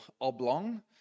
oblong